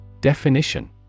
Definition